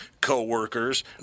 coworkers